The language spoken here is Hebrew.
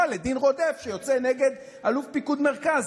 לדין רודף שיוצא נגד אלוף פיקוד מרכז.